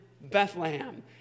Bethlehem